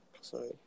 Sorry